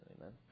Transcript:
Amen